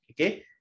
Okay